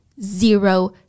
Zero